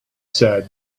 said